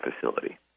facility